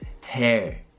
hair